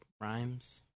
rhymes